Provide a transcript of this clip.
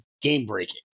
game-breaking